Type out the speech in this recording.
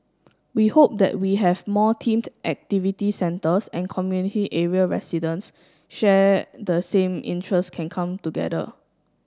we hope that we have more themed activity centres and community area residents share the same interest can come together